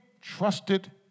trusted